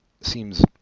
seems